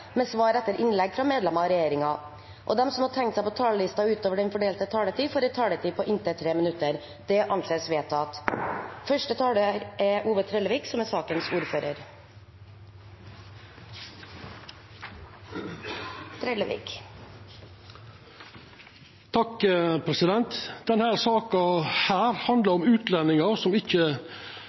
med svar etter innlegg fra medlemmer av regjeringen, og at de som måtte tegne seg på talerlisten utover den fordelte taletid, får en taletid på inntil 3 minutter. – Det anses vedtatt. Denne saka handlar om utlendingar som ikkje oppfyller vilkåra for innreise til eller utreise frå Noreg, og som